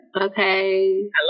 Okay